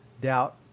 doubt